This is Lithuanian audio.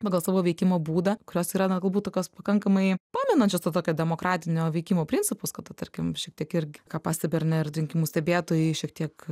pagal savo veikimo būdą kurios yra na galbūt tokios pakankamai pamenančios to tokio demokratinio veikimo principus kada tarkim šiek tiek irgi ką pastebi ar ne ir rinkimų stebėtojai šiek tiek